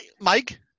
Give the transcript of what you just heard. Mike